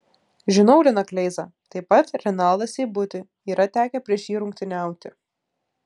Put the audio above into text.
žinau liną kleizą taip pat renaldą seibutį yra tekę prieš jį rungtyniauti